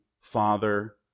Father